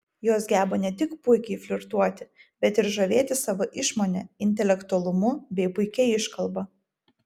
jos geba ne tik puikiai flirtuoti bet ir žavėti sava išmone intelektualumu bei puikia iškalba